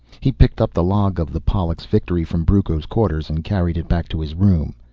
he picked up the log of the pollux victory from brucco's quarters and carried it back to his room.